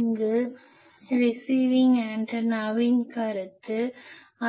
அங்கு ரிசிவிங் ஆண்டனாவின் கருத்து